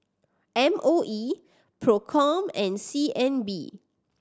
M O E Procom and C N B